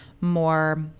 more